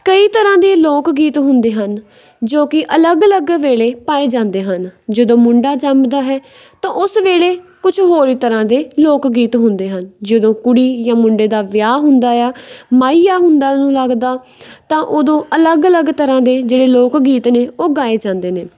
ਕਈ ਤਰ੍ਹਾਂ ਦੇ ਲੋਕ ਗੀਤ ਹੁੰਦੇ ਹਨ ਜੋ ਕਿ ਅਲੱਗ ਅਲੱਗ ਵੇਲੇ ਪਾਏ ਜਾਂਦੇ ਹਨ ਜਦੋਂ ਮੁੰਡਾ ਜੰਮਦਾ ਹੈ ਤਾਂ ਉਸ ਵੇਲੇ ਕੁਝ ਹੋਰ ਹੀ ਤਰ੍ਹਾਂ ਦੇ ਲੋਕ ਗੀਤ ਹੁੰਦੇ ਹਨ ਜਦੋਂ ਕੁੜੀ ਜਾਂ ਮੁੰਡੇ ਦਾ ਵਿਆਹ ਹੁੰਦਾ ਆ ਮਾਹੀਆ ਹੁੰਦਾ ਨੂੰ ਲੱਗਦਾ ਤਾਂ ਉਦੋਂ ਅਲੱਗ ਅਲੱਗ ਤਰ੍ਹਾਂ ਦੇ ਜਿਹੜੇ ਲੋਕ ਗੀਤ ਨੇ ਉਹ ਗਾਏ ਜਾਂਦੇ ਨੇ